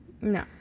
no